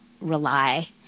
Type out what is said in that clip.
rely